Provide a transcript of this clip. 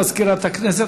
תודה למזכירת הכנסת.